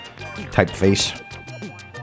typeface